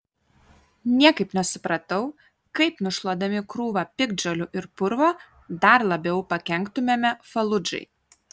niekaip nesupratau kaip nušluodami krūvą piktžolių ir purvo dar labiau pakenktumėme faludžai